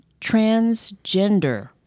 transgender